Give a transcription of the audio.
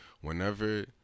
Whenever